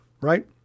right